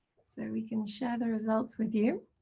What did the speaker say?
so we can share the results with you